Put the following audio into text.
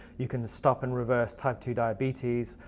you can stop and reverse type two diabetes.